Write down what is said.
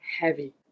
heavy